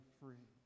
free